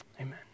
Amen